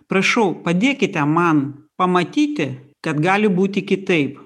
prašau padėkite man pamatyti kad gali būti kitaip